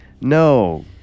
no